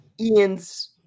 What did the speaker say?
Ian's